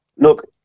Look